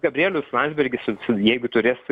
gabrielius landsbergis jeigu turės